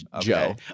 Joe